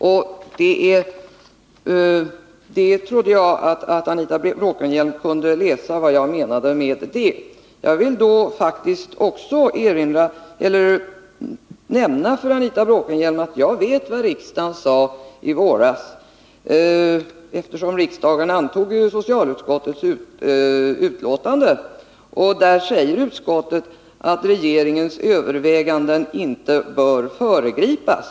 Jag trodde att Anita Bråkenhielm kunde läsa vad jag menade med det. Jag vill också nämna för Anita Bråkenhielm att jag vet vad riksdagen sade i våras, eftersom riksdagen antog socialutskottets betänkande. Där säger utskottet att regeringens överväganden inte bör föregripas.